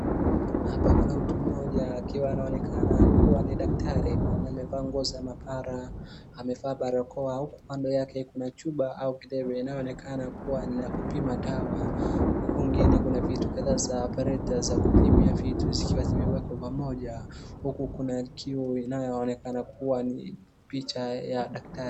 Hapa kuna mtu mmoja akiwa anaonekana kuwa ni daktari mwenye amevaa nguo za mapara, amevaa barakoa huku kando yake chupa au kinembe inaokena kuwa la kupima dawa. Huku kwingine kuna vitu zingine za operator za kupimia vitu zikiwa zimeekwa pamoja huku kuna kiuu inayoonekana ni picha ya daktari.